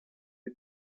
you